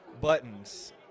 Buttons